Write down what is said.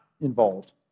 involved